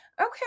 Okay